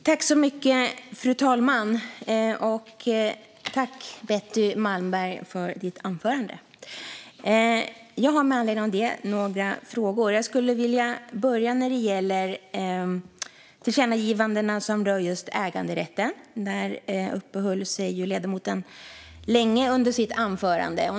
Fru talman! Jag tackar Betty Malmberg för hennes anförande. Jag har några frågor med anledning av det. Jag ska börja när det gäller förslagen om tillkännagivandena som rör just äganderätten. Där uppehöll sig ledamoten länge under sitt anförande.